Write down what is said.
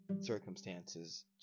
circumstances